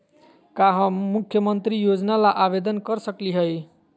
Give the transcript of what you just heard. का हम मुख्यमंत्री योजना ला आवेदन कर सकली हई?